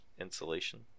insulation